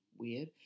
Weird